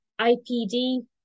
IPD